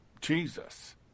Jesus